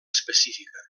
específica